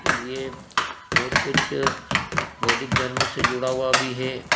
के लिए बहुत कुछ बौद्धिक धर्म से जुड़ा हुआ भी है